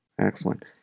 Excellent